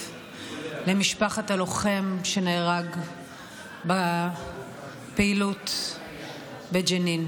למשפחת הלוחם שנהרג בפעילות בג'נין.